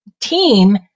team